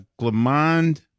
Glamond